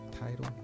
Title